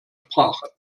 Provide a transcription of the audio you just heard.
sprache